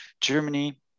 Germany